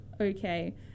Okay